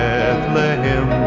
Bethlehem